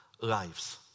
lives